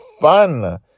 fun